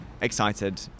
excited